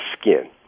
skin